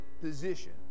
position